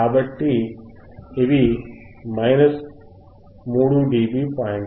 కాబట్టి ఇవి 3 డిబి పాయింట్లు